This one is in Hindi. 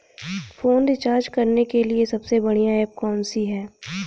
फोन रिचार्ज करने के लिए सबसे बढ़िया ऐप कौन सी है?